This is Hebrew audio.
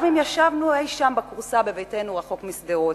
גם אם ישבנו אי-שם בכורסה בביתנו רחוק משדרות.